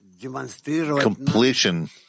completion